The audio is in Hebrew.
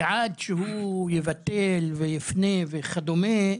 ועד שהוא יבטל ויפנה וכדומה,